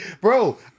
Bro